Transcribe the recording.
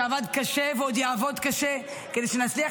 שעבד קשה ועוד יעבוד קשה כדי שנצליח